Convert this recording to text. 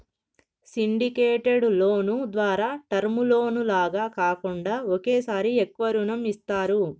syndicated loan ద్వారా term loan లాగా కాకుండా ఒకేసారి ఎక్కువ రుణం ఇస్తారు